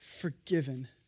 forgiven